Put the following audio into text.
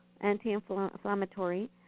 anti-inflammatory